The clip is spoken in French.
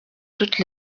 toutes